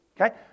Okay